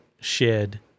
shed